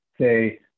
say